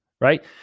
Right